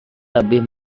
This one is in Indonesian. lebih